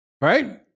right